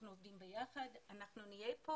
אנחנו עובדים ביחד, אנחנו נהיה כאן